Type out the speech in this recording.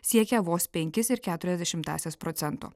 siekia vos penkis ir keturias dešimtąsias procento